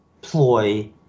ploy